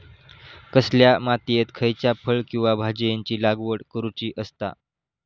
कसल्या मातीयेत खयच्या फळ किंवा भाजीयेंची लागवड करुची असता?